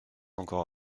encore